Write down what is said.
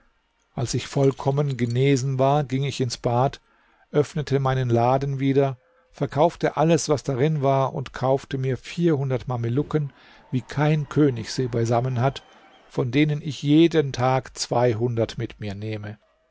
als ich vollkommen genesen war ging ich ins bad öffnete meinen laden wieder verkaufte alles was darin war und kaufte mir vierhundert mamelucken wie kein könig sie beisammen hat von denen ich jeden tag zweihundert mit mir nehme